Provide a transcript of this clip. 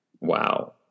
Wow